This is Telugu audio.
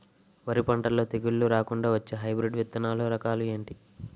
వరి పంటలో తెగుళ్లు రాకుండ వచ్చే హైబ్రిడ్ విత్తనాలు రకాలు ఏంటి?